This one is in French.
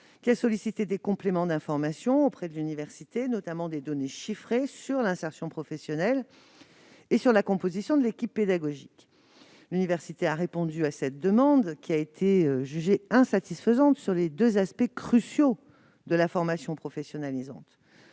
qui a sollicité des compléments d'information auprès de l'université, notamment des données chiffrées portant sur l'insertion professionnelle et sur la composition de l'équipe pédagogique. L'université a répondu à cette demande, mais la réponse apportée a été jugée insatisfaisante sur les deux aspects cruciaux de la formation professionnalisante